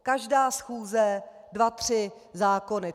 Každá schůze dva tři zákony.